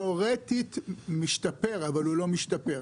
תיאורטית הוא משתפר אבל הוא לא משתפר.